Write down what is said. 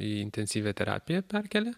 į intensyvią terapiją perkėlė